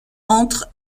entre